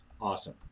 awesome